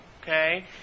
okay